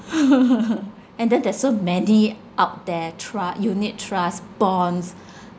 and then there's so many out there tru~ unit trust bonds